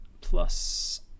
plus